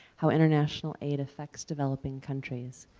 how international aid affects developing countries.